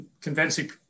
convincing